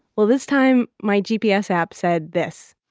well, this time my gps app said this.